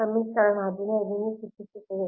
ಸಮೀಕರಣ 15 ನ್ನು ಸೂಚಿಸುತ್ತದೆ